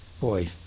Boy